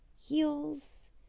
heels